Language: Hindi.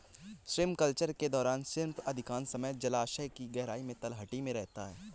श्रिम्प कलचर के दौरान श्रिम्प अधिकांश समय जलायश की गहराई में तलहटी में रहता है